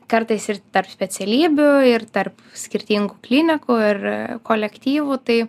kartais ir tarp specialybių ir tarp skirtingų klinikų ir kolektyvų tai